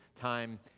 time